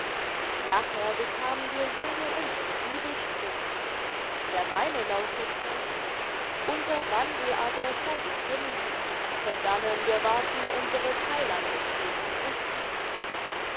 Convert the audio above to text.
nachher bekamen wir jede unseren bibelspruch der meine lautete unser wandel aber sei im himmel von dannen wir warten unseres heilandes jesu christi